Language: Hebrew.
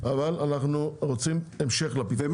אבל אנחנו רוצים המשך לפתרון.